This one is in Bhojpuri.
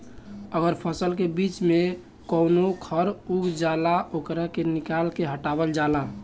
अगर फसल के बीच में कवनो खर उग जाला ओकरा के निकाल के हटावल जाला